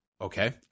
Okay